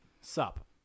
Sup